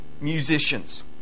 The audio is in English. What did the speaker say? musicians